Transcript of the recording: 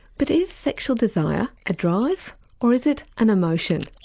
but is sexual desire a drive or is it an emotion?